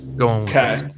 okay